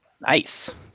Nice